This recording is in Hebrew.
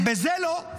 בזה לא.